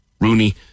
Rooney